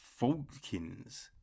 Falkins